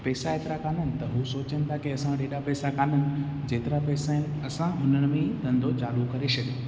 पैसा हेतिरा कोन आहिनि त उहे सोचनि ता की असां वटि हेॾा पैसा कोन आहिनि जेतिरा पैसा आहिनि असां हुननि में धंधो चालू करे छॾूं